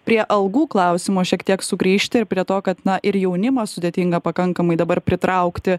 prie algų klausimo šiek tiek sugrįžti ir prie to kad na ir jaunimą sudėtinga pakankamai dabar pritraukti